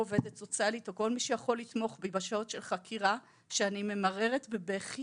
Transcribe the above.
עובדת סוציאלית או כל מי שיכול לתמוך בי בשעות של חקירה שאני ממררת בבכי